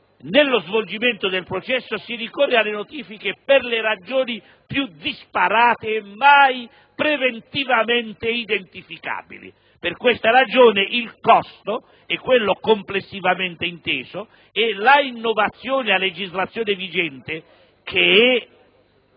del quale - lo ribadisco - si ricorre alle notifiche per le ragioni più disparate e mai preventivamente identificabili. Per questa ragione il costo è quello complessivamente inteso e l'innovazione a legislazione vigente, che è